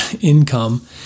income